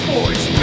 Boys